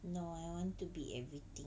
no I want to be everything